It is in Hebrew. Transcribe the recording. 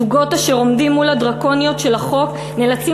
זוגות אשר עומדים מול הדרקוניות של החוק נאלצים